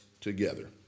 together